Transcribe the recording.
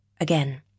again